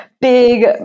big